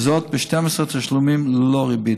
וזאת ב-12 תשלומים ללא ריבית.